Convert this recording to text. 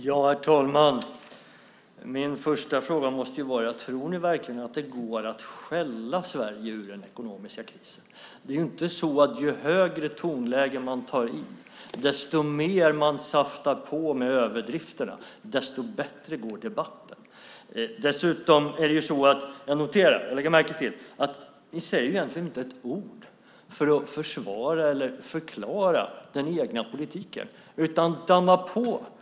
Herr talman! Min första fråga måste ju vara: Tror ni verkligen att det går att skälla Sverige ur den ekonomiska krisen? Det är ju inte så att ju högre tonläge man tar i med och ju mer man saftar på med överdrifter, desto bättre går debatten. Jag noterar att ni egentligen inte säger ett ord för att försvara eller förklara den egna politiken, utan ni dammar på.